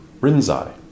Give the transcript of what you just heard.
Rinzai